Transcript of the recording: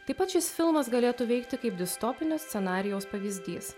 taip pat šis filmas galėtų veikti kaip distopinio scenarijaus pavyzdys